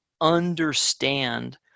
understand